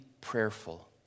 prayerful